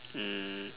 mm